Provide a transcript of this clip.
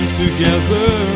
together